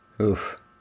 Oof